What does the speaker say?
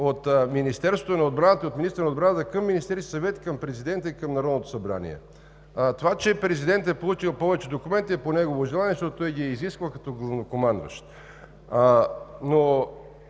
от Министерството на отбраната и от министъра на отбраната към Министерския съвет, към президента и към Народното събрание. Това, че президентът е получил повече документи, е по негово желание, защото той ги е изискал като главнокомандващ. Но